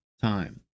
time